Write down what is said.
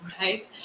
right